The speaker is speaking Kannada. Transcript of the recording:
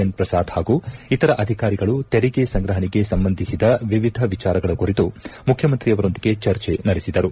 ಎನ್ ಪ್ರಸಾದ್ ಹಾಗೂ ಇತರ ಅಧಿಕಾರಿಗಳು ತೆರಿಗೆ ಸಂಗ್ರಹಣೆಗೆ ಸಂಬಂಧಿಸಿದ ವಿವಿಧ ವಿಚಾರಗಳ ಕುರಿತು ಮುಖ್ಯಮಂತ್ರಿಯವರೊಂದಿಗೆ ಚರ್ಚೆ ನಡೆಸಿದರು